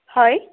হয়